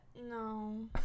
No